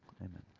Amen